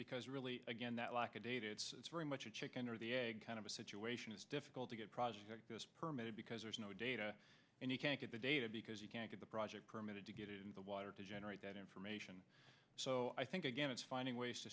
because really again that lack of data it's very much a chicken or the egg kind of situation it's difficult to get project those permits because there's no data and you can't get the data because you can't get the project permitted to get the water to generate that information so i think again it's finding ways to